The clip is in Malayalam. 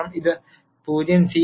കാരണം ഇത് 0 സി തവണ 0 ആയിരിക്കും 0